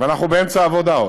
ואנחנו עוד באמצע העבודה.